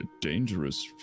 dangerous